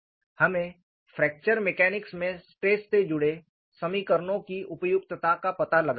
हमें fracture mechanics में stress से जुड़े समीकरणों की उपयुक्तता का पता लगाना है